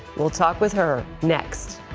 we'll talk with her, next.